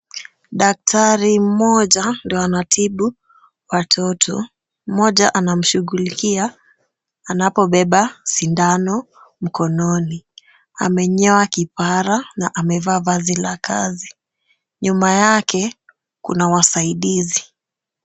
Daktari moja ndio anatibu watoto, moja anamshughulikia anapobeba sidano mkononi amenyoa kibara na amevaa vazi la kazi. Nyuma yake kuna wazaidizi.